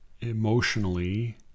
emotionally